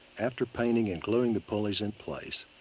after painting and gluing the pulleys in place,